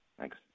Thanks